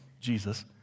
Jesus